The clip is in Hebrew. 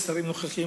ושרים נוכחים,